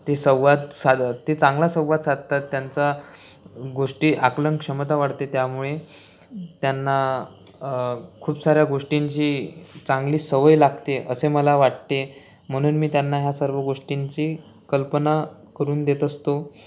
ते संवाद साध ते चांगला संवाद साधतात त्यांचा गोष्टी आकलन क्षमता वाढते त्यामुळे त्यांना खूप साऱ्या गोष्टींची चांगली सवय लागते असे मला वाटते म्हणून मी त्यांना ह्या सर्व गोष्टींची कल्पना करून देत असतो